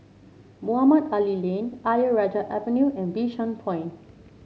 Mohamed Ali Lane Ayer Rajah Avenue and Bishan Point